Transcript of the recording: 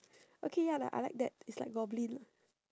okay ya like I like that it's like goblin lor